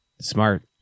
Smart